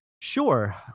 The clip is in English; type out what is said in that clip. Sure